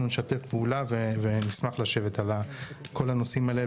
אנחנו נשתף פעולה ונשמח לשבת על כל הנושאים האלה,